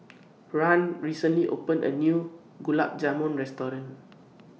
Rahn recently opened A New Gulab Jamun Restaurant